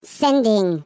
sending